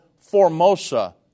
Formosa